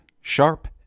sharp